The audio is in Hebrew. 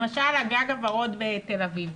למשל הגג הוורוד בתל אביב,